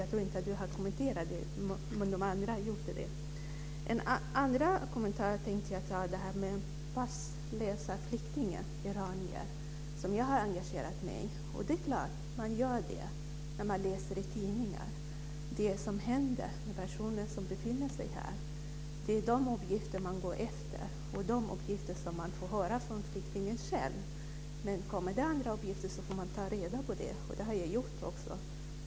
Jag tror inte att Sten Andersson har kommenterat det. Men de andra gjorde det. Den andra kommentaren jag vill göra gäller den passlösa flyktingen, iraniern, som jag har engagerat mig i. Det är klart att man gör det när man läser i tidningar om det som händer den person som befinner sig här. Det är de uppgifterna man går efter, liksom de uppgifter man får från flyktingen själv. Men kommer det andra uppgifter får man ta reda på vad som gäller. Det har jag gjort också.